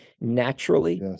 naturally